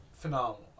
Phenomenal